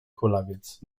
kulawiec